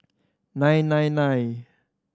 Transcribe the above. nine nine nine